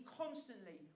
constantly